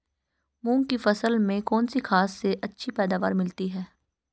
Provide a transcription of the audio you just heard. मूंग की फसल में कौनसी खाद से अच्छी पैदावार मिलती है?